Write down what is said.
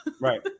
right